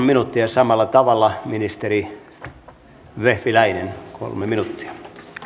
minuuttia ja samalla tavalla ministeri vehviläinen kolme minuuttia